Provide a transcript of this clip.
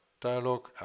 dialog